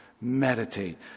Meditate